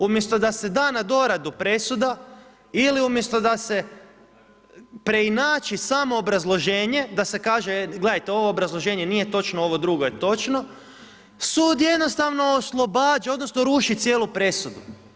Umjesto da se da na doradu presuda ili umjesto da se preinači samo obrazloženje, da se kaže, gledajte, ovo obrazloženje nije točno, ovo drugo je točno, sud jednostavno oslobađa odnosno ruši cijelu presudu.